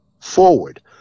forward